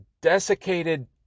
desiccated